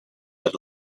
had